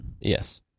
Yes